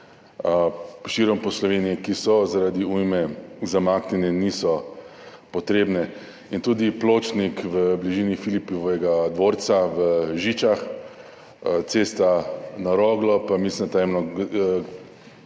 širom po Sloveniji, ki so zaradi ujme zamaknjene, niso potrebne. Tudi pločnik v bližini Filipovega dvorca v Žičah, cesta na Roglo, pa mislim, da ena